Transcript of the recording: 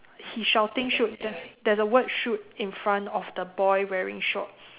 he shouting shoot there there's a word shoot in front of the boy wearing shorts